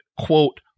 quote